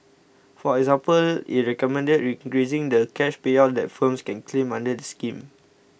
for example it recommended increasing the cash payout that firms can claim under the scheme